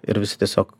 ir visi tiesiog